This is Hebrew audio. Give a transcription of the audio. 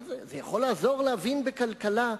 אבל זה יכול לעזור להבין בכלכלה,